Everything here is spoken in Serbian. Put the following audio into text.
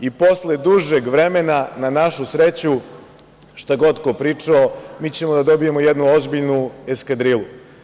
I posle dužeg vremena, na našu sreću, šta kod ko pričao, mi ćemo da dobijemo jednu ozbiljnu eskadrilu.